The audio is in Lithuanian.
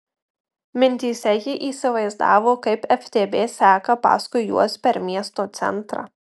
mintyse ji įsivaizdavo kaip ftb seka paskui juos per miesto centrą